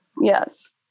Yes